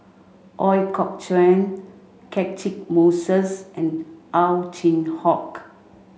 Ooi Kok Chuen Catchick Moses and Ow Chin Hock